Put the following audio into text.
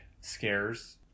scares